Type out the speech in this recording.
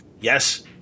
Yes